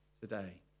today